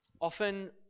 Often